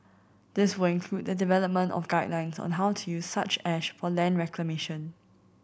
this will include the development of guidelines on how to use such ash for land reclamation